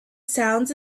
sounds